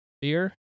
beer